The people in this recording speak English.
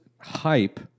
hype